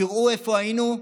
תראו איפה היינו,